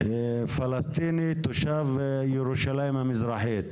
פלשתיני תושב ירושלים המזרחית.